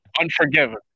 Unforgiven